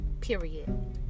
Period